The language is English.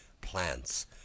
plants